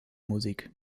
musik